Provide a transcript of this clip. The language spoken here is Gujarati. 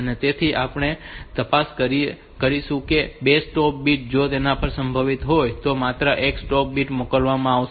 તેથી આપણે તપાસ કરીશું કે બે સ્ટોપ બિટ્સ જો તેના પર સંમત હોય તો માત્ર એક સ્ટોપ બિટ મોકલવામાં આવશે